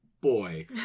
boy